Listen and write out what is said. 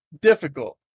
difficult